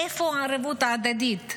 איפה הערבות ההדדית?